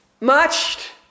matched